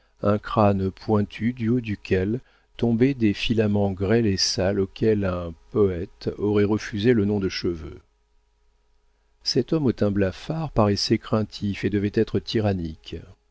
un crâne pointu du haut duquel tombaient des filaments grêles et sales auxquels un poëte aurait refusé le nom de cheveux cet homme au teint blafard paraissait craintif et devait être tyrannique